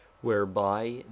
whereby